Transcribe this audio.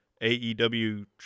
AEW